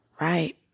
right